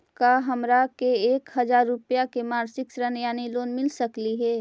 का हमरा के एक हजार रुपया के मासिक ऋण यानी लोन मिल सकली हे?